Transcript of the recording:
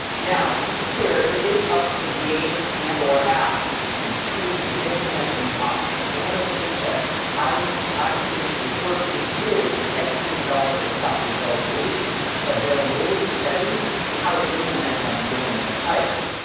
now, to be clear, it is up to the game and or app to choose to implement these options, so one of the things that my team is working to do is educate developers about the availability the availability of these settings and how to implement them within their titles.